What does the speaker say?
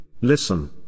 Listen